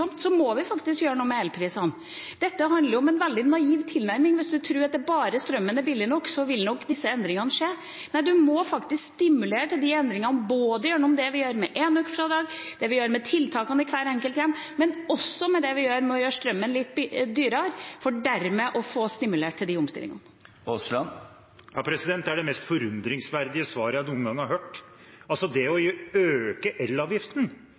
om en veldig naiv tilnærming hvis man tror at bare strømmen er billig nok, vil nok disse endringene skje. Nei, man må faktisk stimulere til endringene gjennom det vi gjør med enøkfradrag, det vi gjør med tiltakene i hvert enkelt hjem, men også med å gjøre strømmen litt dyrere, for dermed å få stimulert til omstillingene. Det er det mest forundringsverdige svaret jeg noen gang har hørt. Det å